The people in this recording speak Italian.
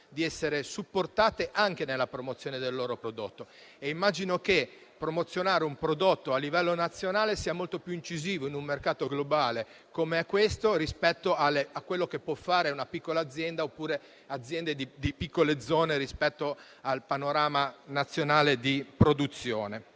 di essere supportate anche nella promozione del loro prodotto. Immagino che promozionare un prodotto a livello nazionale sia molto più incisivo in un mercato globale come questo, rispetto a quello che può fare una piccola azienda, oppure aziende di piccole zone rispetto al panorama nazionale di produzione.